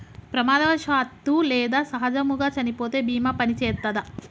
ప్రమాదవశాత్తు లేదా సహజముగా చనిపోతే బీమా పనిచేత్తదా?